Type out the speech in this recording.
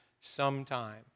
sometime